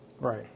Right